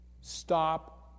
Stop